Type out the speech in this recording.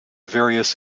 various